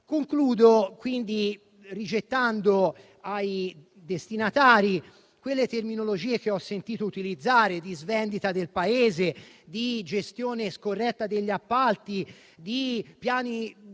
intervento rigettando ai destinatari quelle terminologie che ho sentito utilizzare: svendita del Paese, gestione scorretta degli appalti, piani